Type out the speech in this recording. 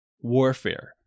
Warfare